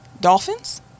Dolphins